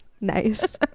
Nice